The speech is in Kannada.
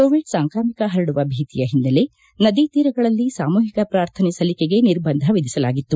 ಕೋವಿಡ್ ಸಾಂಕ್ರಾಮಿಕ ಪರಡುವ ಭೀತಿಯ ಹಿನ್ನೆಲೆ ನದಿ ತೀರಗಳಲ್ಲಿ ಸಾಮೂಹಿಕ ಪ್ರಾರ್ಥನೆ ಸಲ್ಲಿಕೆಗೆ ನಿರ್ಬಂಧ ವಿಧಿಸಲಾಗಿತ್ತು